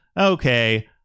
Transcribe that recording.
okay